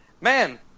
man